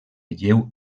lleu